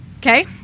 Okay